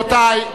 רבותי,